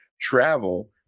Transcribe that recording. travel